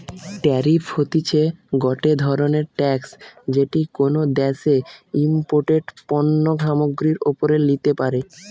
tariff হতিছে গটে ধরণের ট্যাক্স যেটি কোনো দ্যাশে ইমপোর্টেড পণ্য সামগ্রীর ওপরে লিতে পারে